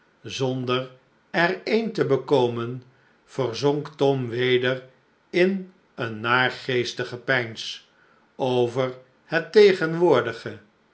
zonder er een te bekomen verzonk tom weder in een naargeestig gepeins over het tegenwoordige